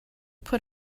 put